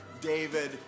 David